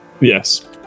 Yes